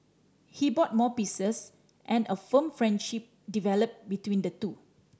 he bought more pieces and a firm friendship developed between the two